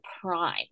prime